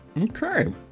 okay